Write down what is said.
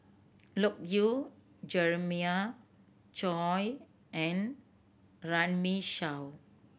Loke Yew Jeremiah Choy and Runme Shaw